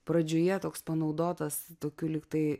pradžioje toks panaudotas tokiu lyg tai